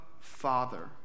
Father